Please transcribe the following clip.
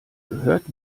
gehört